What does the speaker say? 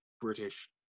British